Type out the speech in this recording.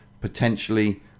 potentially